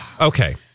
Okay